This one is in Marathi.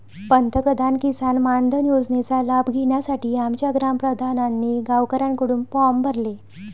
पंतप्रधान किसान मानधन योजनेचा लाभ घेण्यासाठी आमच्या ग्राम प्रधानांनी गावकऱ्यांकडून फॉर्म भरले